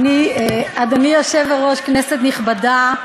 אני, אדוני היושב-ראש, כנסת נכבדה,